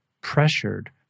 pressured